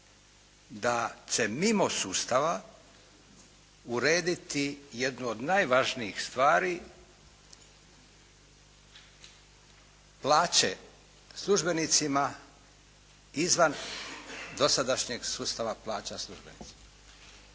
da će mimo sustava urediti jednu od najvažnijih stvari plaće službenicima izvan dosadašnjeg sustava plaća službenicima.